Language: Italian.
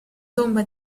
tomba